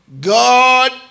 God